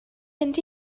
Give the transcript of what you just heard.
mynd